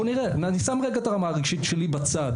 אני שם רגע את הרמה הרגשית שלי בצד.